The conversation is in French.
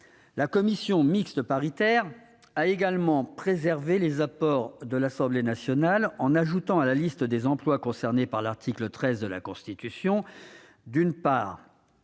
La commission mixte paritaire a également préservé les apports de l'Assemblée nationale, en ajoutant à la liste des emplois concernés par l'article 13 de la Constitution, d'une part,